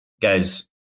guys